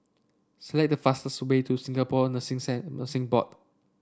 select the fastest way to Singapore Nursing Sand Nursing Board